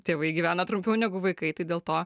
tėvai gyvena trumpiau negu vaikai tai dėl to